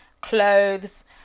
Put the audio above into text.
clothes